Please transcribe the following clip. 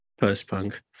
post-punk